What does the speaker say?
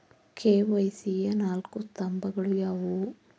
KYC ಯ ನಾಲ್ಕು ಸ್ತಂಭಗಳು ಯಾವುವು?